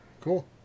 cool